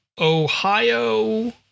Ohio